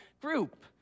group